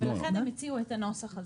לכן הם הציעו את הנוסח הזה.